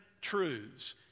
truths